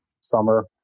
summer